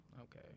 Okay